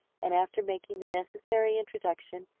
and after making the necessary introduction,